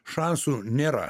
šansų nėra